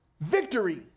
victory